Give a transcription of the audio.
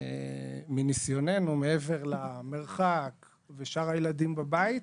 מעבר למרחק ושאר הילדים בבית,